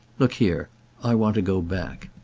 look here i want to go back.